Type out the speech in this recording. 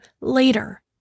later